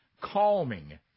Calming